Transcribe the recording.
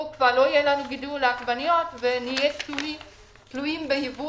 כבר לא יהיה גידול של עגבניות ונהיה תלויים בייבוא